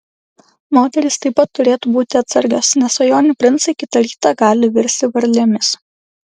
moterys taip pat turėtų būti atsargios nes svajonių princai kitą rytą gali virsti varlėmis